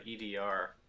EDR